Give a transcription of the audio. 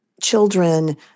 children